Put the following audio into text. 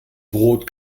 brot